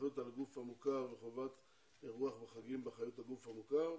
האחריות על הגוף המוכר וחובת אירוח בחגים באחריות הגוף המוכר,